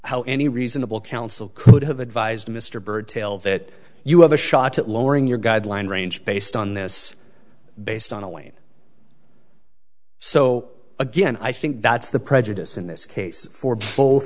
how any reasonable counsel could have advised mr byrd tail that you have a shot at lowering your guideline range based on this based on a wayne so again i think that's the prejudice in this case for